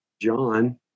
John